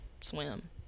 swim